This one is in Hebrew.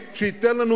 כל החוכמה הומצאה אצל,